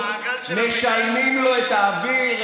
משלמים לו את האוויר,